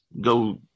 go